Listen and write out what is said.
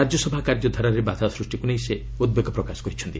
ରାଜ୍ୟସଭା କାର୍ଯ୍ୟଧାରାରେ ବାଧାସୃଷ୍ଟିକୁ ନେଇ ସେ ଉଦ୍ବେଗ ପ୍ରକାଶ କରିଛନ୍ତି